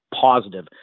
positive